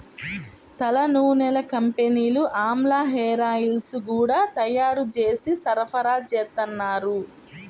తలనూనెల కంపెనీలు ఆమ్లా హేరాయిల్స్ గూడా తయ్యారు జేసి సరఫరాచేత్తన్నారు